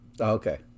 Okay